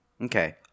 Okay